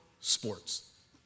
sports